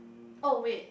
oh wait